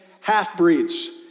half-breeds